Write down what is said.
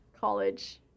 college